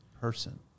Person